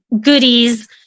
goodies